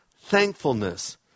thankfulness